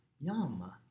yum